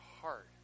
heart